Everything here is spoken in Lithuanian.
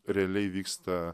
realiai vyksta